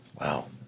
Wow